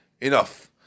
enough